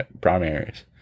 primaries